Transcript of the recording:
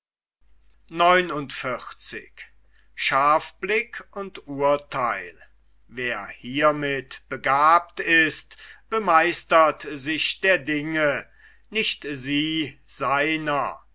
wer hiemit begabt ist bemeistert sich der dinge nicht sie seiner